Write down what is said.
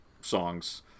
songs